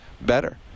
better